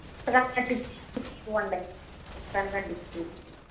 పుస్తకానికి అంటించుకునే ఇవ్వండి పుస్తకానికి అంటించుకుందికి